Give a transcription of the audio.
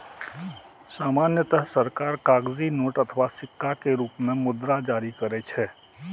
सामान्यतः सरकार कागजी नोट अथवा सिक्का के रूप मे मुद्रा जारी करै छै